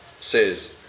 says